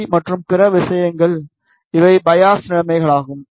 C மற்றும் பிற விஷயங்கள் இவை பையாஸ் நிலைமைகள் ஆகும்